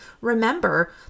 remember